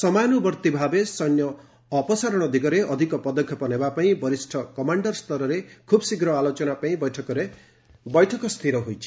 ସମୟାନୁବର୍ତ୍ତୀଭାବେ ସୈନ୍ୟ ଅପସାରଣ ଦିଗରେ ଅଧିକ ପଦକ୍ଷେପ ନେବା ପାଇଁ ବରିଷ୍ଠ କମାଣ୍ଡରସ୍ତରରେ ଖୁବ୍ଶୀଘ୍ର ଆଲୋଚନା ପାଇଁ ବୈଠକରେ ସ୍ଥିର ହୋଇଛି